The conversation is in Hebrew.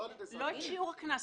לא את שיעור הקנס.